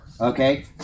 Okay